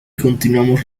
continuamos